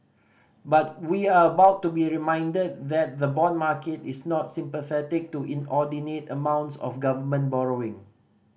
but we are about to be reminded that the bond market is not sympathetic to inordinate amounts of government borrowing